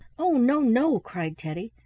oh, no, no! cried teddy,